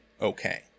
okay